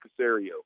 Casario